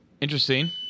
interesting